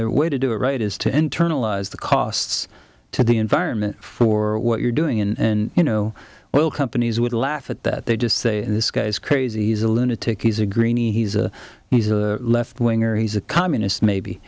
their way to do it right is to internalize the costs to the environment for what you're doing in you know well companies would laugh at that they just say in this case crazies a lunatic he's a greenie he's a he's a left wing or he's a communist maybe